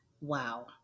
Wow